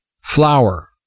flower